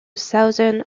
southern